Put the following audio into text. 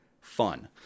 fun